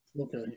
Okay